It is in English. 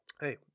hey